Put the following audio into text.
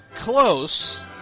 Close